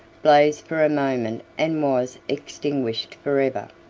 blazed for a moment and was extinguished forever.